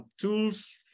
Tools